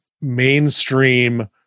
mainstream